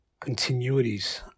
continuities